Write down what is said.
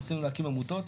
ניסינו להקים עמותות.